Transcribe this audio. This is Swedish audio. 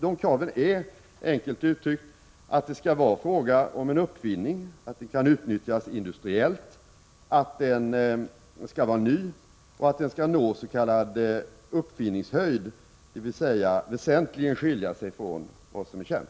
Dessa krav är — enkelt uttryckt — att det skall vara fråga om en uppfinning, att den kan utnyttjas industriellt, att den skall vara ny och att den skall nå s.k. uppfinningshöjd, dvs. väsentligt skilja sig från vad som är känt.